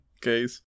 case